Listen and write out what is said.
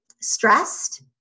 stressed